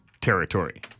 Territory